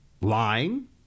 lying